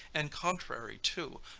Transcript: and contrary to,